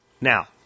Now